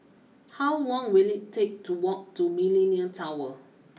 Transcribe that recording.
how long will it take to walk to Millenia Tower